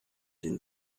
den